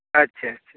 ᱟᱪᱪᱷᱟ ᱟᱪᱪᱷᱟ